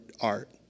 art